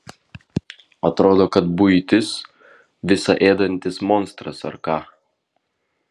atrodo kad buitis visa ėdantis monstras ar ką